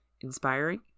inspiring